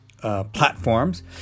Platforms